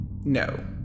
No